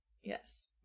Yes